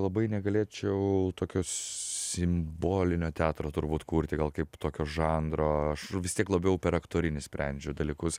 labai negalėčiau tokio simbolinio teatro turbūt kurti gal kaip tokio žanro aš vis tiek labiau per aktorinį sprendžiu dalykus